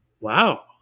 Wow